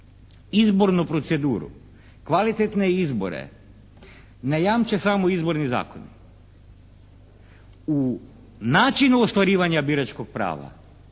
izbornu proceduru, kvalitetne izbore ne jamče samo izborni zakoni. U načinu ostvarivanja biračkog prava,